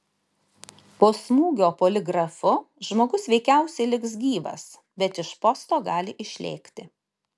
po smūgio poligrafu žmogus veikiausiai liks gyvas bet iš posto gali išlėkti